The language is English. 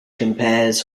compares